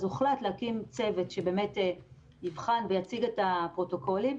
הוחלט להקים צוות שיבחן ויציג את הפרוטוקולים.